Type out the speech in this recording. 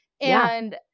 and-